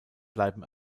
bleiben